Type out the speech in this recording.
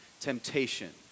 temptation